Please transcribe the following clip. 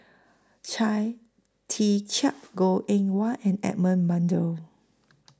Chia Tee Chiak Goh Eng Wah and Edmund